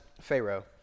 Pharaoh